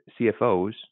CFOs